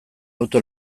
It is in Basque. auto